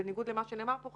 בניגוד למה שנאמר פה,